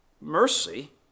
mercy